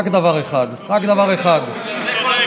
רק דבר אחד, רק דבר אחד, נכון מאוד.